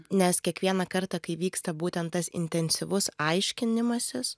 nes kiekvieną kartą kai vyksta būtent tas intensyvus aiškinimasis